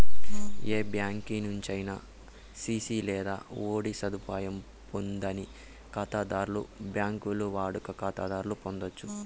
ఏ బ్యాంకి నుంచైనా సిసి లేదా ఓడీ సదుపాయం పొందని కాతాధర్లు బాంకీల్ల వాడుక కాతాలు పొందచ్చు